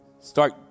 start